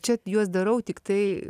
čia juos darau tiktai